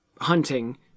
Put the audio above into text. hunting